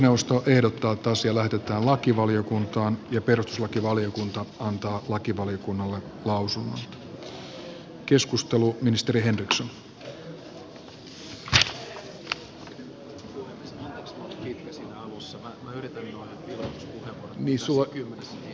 puhemiesneuvosto ehdottaa että asia lähetetään lakivaliokuntaan jolle perustuslakivaliokunnan on annettava lausunto